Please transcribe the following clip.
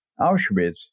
Auschwitz